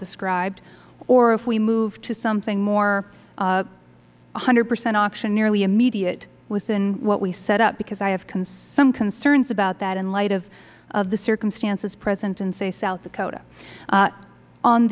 described or if we move to something more one hundred percent auction nearly immediately with what we set up because i have some concerns about that in light of the circumstances present in say south dakota